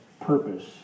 purpose